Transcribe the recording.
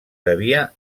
devia